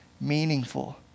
meaningful